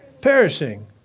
Perishing